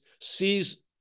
sees